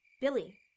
Billy